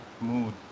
mood